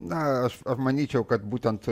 na aš manyčiau kad būtent